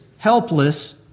Helpless